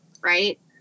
Right